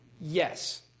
Yes